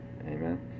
amen